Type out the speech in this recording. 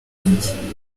jye